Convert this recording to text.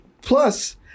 Plus